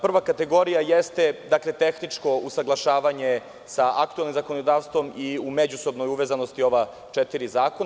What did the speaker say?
Prva kategorija jeste tehničko usaglašavanje sa aktuelnim zakonodavstvom i u međusobnoj uvezanosti ova četiri zakona.